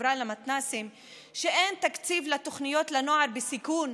לחברה למתנ"סים שאין תקציב לתוכנית לנוער בסיכון